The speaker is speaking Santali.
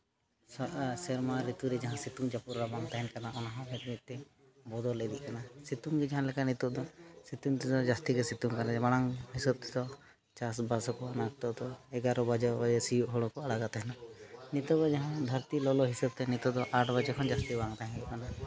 ᱥᱮᱨᱢᱟ ᱨᱤᱛᱩ ᱨᱮ ᱡᱟᱦᱟᱸ ᱥᱤᱛᱩᱝ ᱡᱟᱹᱯᱩᱫ ᱨᱟᱵᱟᱝ ᱛᱟᱦᱮᱱ ᱠᱟᱱᱟ ᱚᱱᱟᱦᱚᱸ ᱢᱤᱫ ᱢᱤᱫ ᱛᱮ ᱵᱚᱫᱚᱞ ᱤᱫᱤᱜ ᱠᱟᱱᱟ ᱥᱤᱛᱩᱝ ᱡᱮ ᱡᱟᱦᱟᱸ ᱞᱮᱠᱟ ᱱᱤᱛᱚᱫ ᱫᱚ ᱥᱤᱛᱩᱝ ᱛᱮᱫᱚ ᱡᱟᱹᱥᱛᱤ ᱜᱮ ᱥᱤᱛᱩᱝ ᱢᱟᱲᱟᱝ ᱦᱤᱥᱟᱹᱵᱽ ᱛᱮᱫᱚ ᱪᱟᱥᱼᱵᱟᱥ ᱟᱵᱚᱱ ᱱᱤᱛᱚᱫ ᱫᱚ ᱮᱜᱟᱨᱳ ᱵᱟᱡᱮ ᱥᱤᱭᱳᱜ ᱦᱚᱲᱠᱚ ᱟᱬᱟᱜᱮᱫ ᱛᱟᱦᱮᱱᱟ ᱱᱤᱛᱚᱜ ᱫᱚ ᱡᱟᱦᱟᱸ ᱫᱷᱟᱹᱨᱛᱤ ᱞᱚᱞᱚ ᱦᱤᱥᱟᱹᱵᱽᱛᱮ ᱱᱤᱛᱚᱜ ᱫᱚ ᱟᱴ ᱵᱟᱡᱮ ᱠᱷᱚᱱ ᱡᱟᱹᱥᱛᱤ ᱵᱟᱝ ᱛᱟᱦᱮᱸ ᱠᱟᱱᱟ